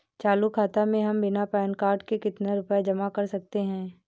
चालू खाता में हम बिना पैन कार्ड के कितनी रूपए जमा कर सकते हैं?